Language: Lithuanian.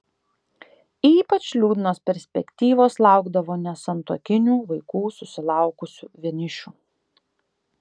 ypač liūdnos perspektyvos laukdavo nesantuokinių vaikų susilaukusių vienišių